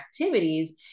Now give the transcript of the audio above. activities